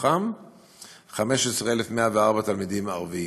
ומהם 15,104 תלמידים ערבים.